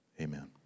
Amen